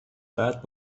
بعد